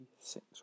six